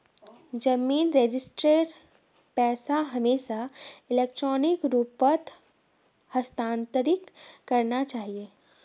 जमीन रजिस्ट्रीर पैसा हमेशा इलेक्ट्रॉनिक रूपत हस्तांतरित करना चाहिए